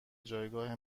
جایگاه